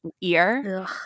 ear